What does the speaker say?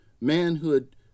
manhood